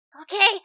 Okay